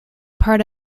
part